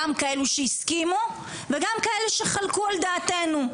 גם כאלו שהסכימו וגם כאלה שחלקו על דעתנו.